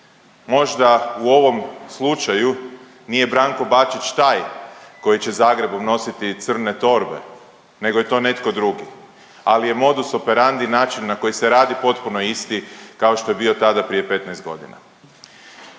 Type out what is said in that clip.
Možda u ovom slučaju nije Branko Bačić taj koji će Zagrebom nositi crne torbe, nego je to netko drugi, ali je modus operandi način na koji se radi potpuno isti kao što je bio tada prije 15 godina.